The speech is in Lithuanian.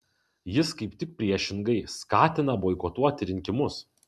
jis kaip tik priešingai skatina boikotuoti rinkimus